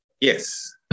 Yes